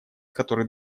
который